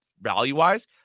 value-wise